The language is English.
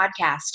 podcast